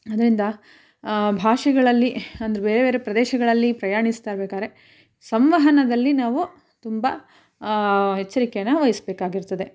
ಅದರಿಂದ ಭಾಷೆಗಳಲ್ಲಿ ಒಂದು ಬೇರೆ ಬೇರೆ ಪ್ರದೇಶಗಳಲ್ಲಿ ಪ್ರಯಾಣಿಸ್ತಾ ಇರ್ಬೇಕಾದ್ರೆ ಸಂವಹನದಲ್ಲಿ ನಾವು ತುಂಬ ಎಚ್ಚರಿಕೆನ ವಹಿಸಬೇಕಾಗಿರ್ತದೆ